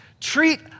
treat